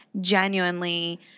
genuinely